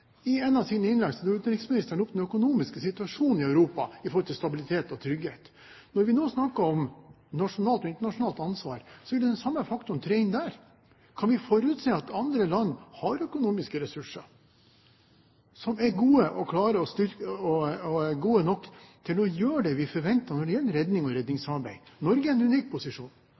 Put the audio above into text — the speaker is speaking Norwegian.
I et av sine innlegg tok utenriksministeren opp den økonomiske situasjonen i Europa i forhold til stabilitet og trygghet. Når vi nå snakker om nasjonalt og internasjonalt ansvar, vil den samme faktoren tre inn der. Kan vi forutse at andre land har økonomiske ressurser som er gode nok til å gjøre det vi forventer når det gjelder redning og redningssamarbeid? Norge er i en unik posisjon.